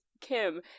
Kim